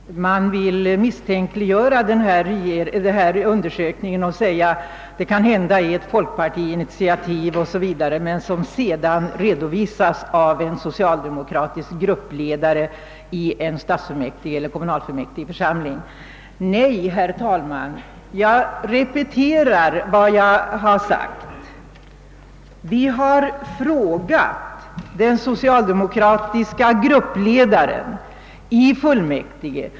Herr talman! Man försöker nu misstänkliggöra vår inventering och menar att det kanhända är fråga om ett folkpartiinitiativ som tagits upp och som sedan redovisats av en socialdemokratisk gruppledare i en stadsfullmäktigeeller kommunalfullmäktigeförsamling: Nej, herr talman, jag upprepar vad jag sagt: Vi har frågat den socialdemo .kratiske gruppledaren i fullmäktige.